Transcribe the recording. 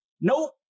Nope